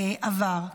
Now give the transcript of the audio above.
עבר.